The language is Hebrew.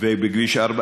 גם כביש 431,